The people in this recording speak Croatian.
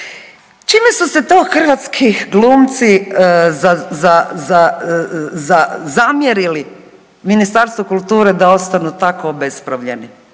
Čime su se to hrvatski glumci zamjerili Ministarstvu kulture da ostanu tako obespravljeni?